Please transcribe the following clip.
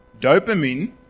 Dopamine